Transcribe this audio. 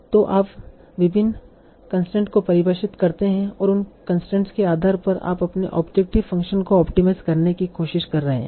तो आप विभिन्न कंसट्रेन्स को परिभाषित करते हैं और उन कंसट्रेन्स के आधार पर आप अपने ऑब्जेक्टिव फ़ंक्शन को ऑप्टिमाइज़ करने की कोशिश कर रहे हैं